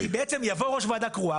כי בעצם יבוא ראש ועדה קרואה,